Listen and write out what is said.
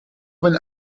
wenn